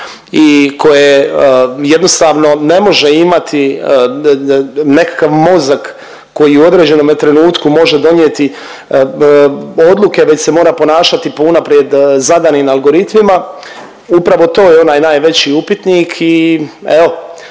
i koje jednostavno ne može imati nekakav mozak koji u određenome trenutku može donijeti odluke već se mora ponašati po unaprijed zadanim algoritmima, upravo to je onaj najveći upitnik. I evo